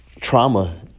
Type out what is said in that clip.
trauma